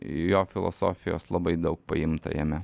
jo filosofijos labai daug paimta jame